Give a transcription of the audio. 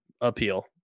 appeal